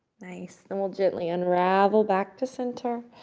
nice. then we'll gently unravel back to center,